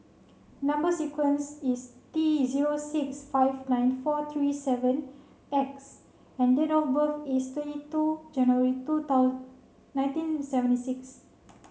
number sequence is T zero six five nine four three seven X and date of birth is twenty two January two nineteen seventy six